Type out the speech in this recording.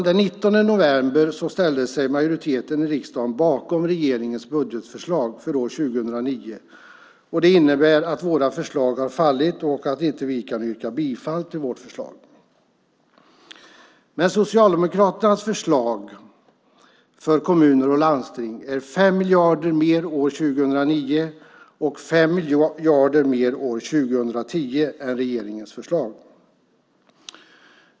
Den 19 november ställde sig majoriteten i riksdagen bakom regeringens budgetförslag för år 2009. Det innebär att vårt förslag har fallit och att vi inte kan yrka bifall till det. Socialdemokraternas förslag för kommuner och landsting är 5 miljarder mer år 2009 och 5 miljarder mer år 2010 än regeringens förslag.